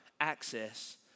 access